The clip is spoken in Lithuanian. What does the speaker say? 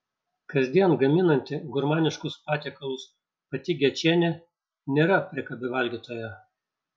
kasdien gaminanti gurmaniškus patiekalus pati gečienė nėra priekabi valgytoja